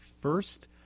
first